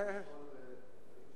לשאול שאלה בעניין הזה?